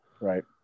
Right